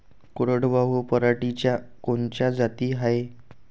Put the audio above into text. कोरडवाहू पराटीच्या कोनच्या जाती हाये?